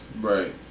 Right